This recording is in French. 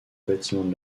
bâtiment